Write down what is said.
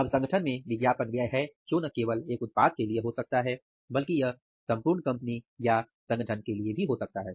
अब संगठन में विज्ञापन व्यय है जो न केवल एक उत्पाद के लिए हो सकता है बल्कि यह संपूर्ण कंपनी यां संगठन के लिए भी हो सकता है